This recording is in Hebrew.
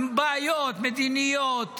עם בעיות מדיניות,